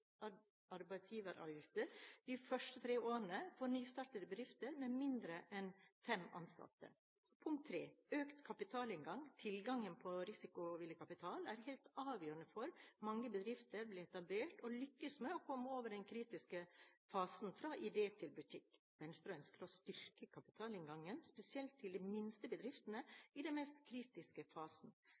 første tre årene for nystartede bedrifter med mindre enn fem ansatte. Venstre vil ha økt kapitaltilgang. Tilgangen på risikovillig kapital er helt avgjørende for at mange bedrifter blir etablert og lykkes med å komme over den kritiske fasen fra idé til butikk. Venstre ønsker å styrke kapitalinngangen, spesielt til de minste bedriftene i den mest kritiske fasen.